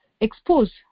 expose